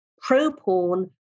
pro-porn